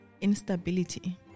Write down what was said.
Instability